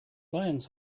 lions